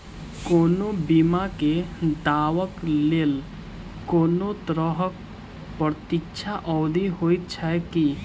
कोनो बीमा केँ दावाक लेल कोनों तरहक प्रतीक्षा अवधि होइत छैक की?